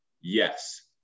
Yes